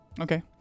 Okay